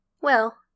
Well